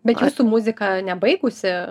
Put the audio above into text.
bet jūs su muzika nebaigusi